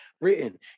written